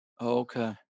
Okay